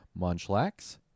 Munchlax